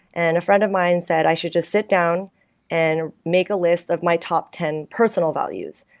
and a friend of mine said i should just sit down and make a list of my top ten personal values,